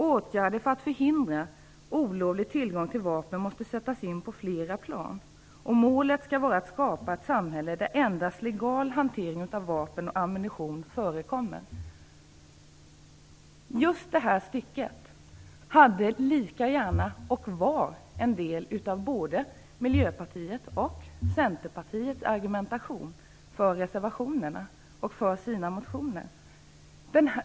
Åtgärder för att förhindra olovlig tillgång till vapen måste sättas in på flera plan. Målet skall vara att skapa ett samhälle där endast legal hantering av vapen och ammunition förekommer. Just det här stycket var en del av både Miljöpartiets och Centerpartiets argumentation för reservationerna och motionerna.